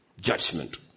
judgment